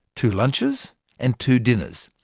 two lunches and two dinners.